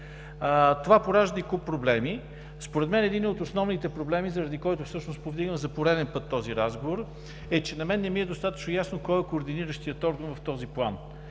Това поражда куп проблеми. Според мен единият от основните проблеми, заради който всъщност повдигам за пореден път този разговор, е, че на мен не ми е достатъчно ясно кой е координиращият орган в този план.